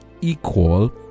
equal